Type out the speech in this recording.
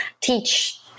teach